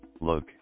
Look